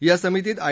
या समितीत आय